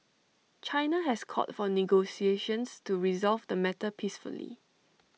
China has called for negotiations to resolve the matter peacefully